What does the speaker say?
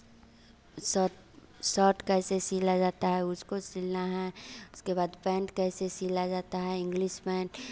shirt shirt कैसे सिला जाता है उसको सिलना है उसके बाद पैंट कैसे सिला जाता है इंग्लिश पैंट